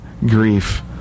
grief